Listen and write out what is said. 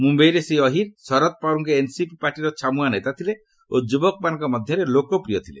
ମୁମ୍ୟାଇରେ ଶ୍ରୀ ଅହିର ଶରଦ ପାୱାରଙ୍କ ଏନ୍ସିପି ପାର୍ଟିର ଛାମୁଆ ନେତା ଥିଲେ ଓ ଯୁବକମାନଙ୍କ ମଧ୍ୟରେ ଲୋକପ୍ରିୟ ଥିଲେ